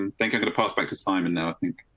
um think i'm going to pass back to simon now i think.